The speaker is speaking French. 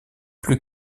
plus